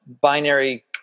binary